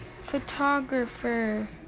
photographer